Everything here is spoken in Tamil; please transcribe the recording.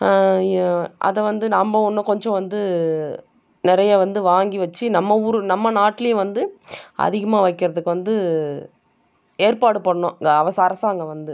அதை வந்து நம்ம இன்னும் கொஞ்சம் வந்து நிறையா வந்து வாங்கி வச்சு நம்ம ஊர் நம்ம நாட்டிலயே வந்து அதிகமாக வைக்கிறதுக்கு வந்து ஏற்பாடு பண்ணணும் இங்கே அரசாங்கம் வந்து